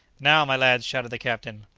now, my lads! shouted the captain.